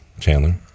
Chandler